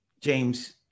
James